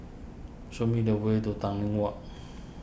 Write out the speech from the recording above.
show me the way to Tanglin Walk